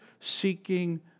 seeking